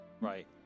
Right